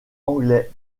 anglais